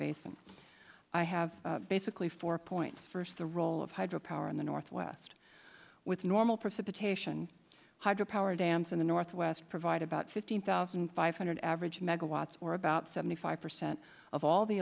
basin i have basically four points first the role of hydro power in the northwest with normal precipitation hydro power dams in the northwest provide about fifteen thousand five hundred average megawatts or about seventy five percent of all the